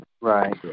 Right